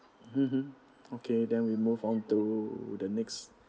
(uh huh) okay then we move on to the next